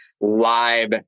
live